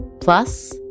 Plus